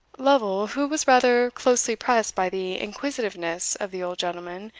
lovel, who was rather closely pressed by the inquisitiveness of the old gentleman,